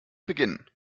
beginnen